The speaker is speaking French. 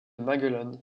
maguelone